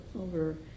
over